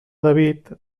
david